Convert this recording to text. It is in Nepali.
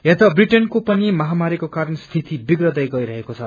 यता ब्रिटेनको पनि महामारीको कारण स्थिति बिप्रदै गइरहेको छ